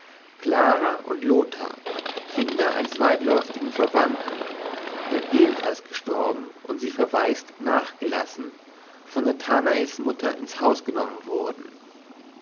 clara und lothar kinder eines weitläuftigen verwandten der ebenfalls gestorben und sie verwaist nachgelassen von nathanaels mutter ins haus genommen wurden